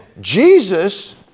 Jesus